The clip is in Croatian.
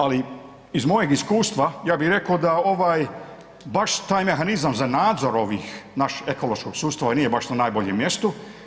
Ali iz mojeg iskustva ja bi rekao da ovaj baš taj mehanizam za nadzor ovih naš, ekološkog sustava i nije baš na najboljem mjestu.